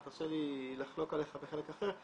תרשה לי לחלוק עליך בחלק אחר,